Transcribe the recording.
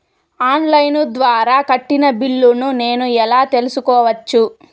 On line ద్వారా కట్టిన బిల్లును నేను ఎలా తెలుసుకోవచ్చు?